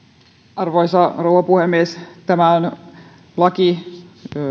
arvoisa rouva puhemies tämä on laki